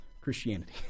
Christianity